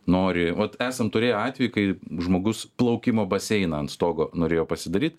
nori vat esam turėję atvejį kai žmogus plaukimo baseiną ant stogo norėjo pasidaryt